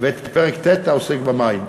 ואת פרק ט' העוסק במים.